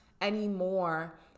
anymore